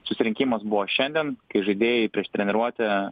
susirinkimas buvo šiandien kai žaidėjai prieš treniruotę